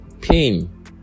pain